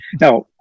Now